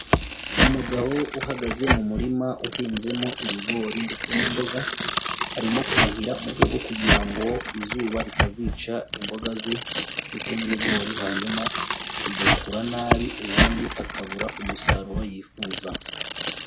Umugabo uhagaze mu murima uhinzemo ibigori ndetse n'imboga, arimo kuhira mu rwego rwo kugira ngo izuba ritazica imboga ze ndetse n'ibigori, hanyuma bigakura nabi ubundi akabura umusaruro yifuza.